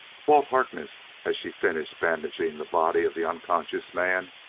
walt harkness, as she finished bandaging the body of the unconscious man,